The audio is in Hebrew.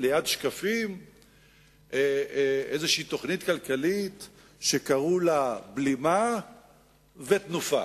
ליד שקפים איזו תוכנית כלכלית שקראו לה "בלימה ותנופה".